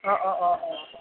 অঁ অঁ অঁ অঁ